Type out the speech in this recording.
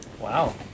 Wow